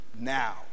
now